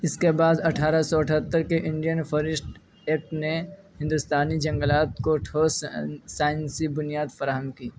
اس کے بعض اٹھارہ سو اٹھہتر کے انڈین فاریسٹ ایکٹ نے ہندوستانی جنگلات کو ٹھوس سائنسی بنیاد فراہم کی